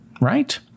Right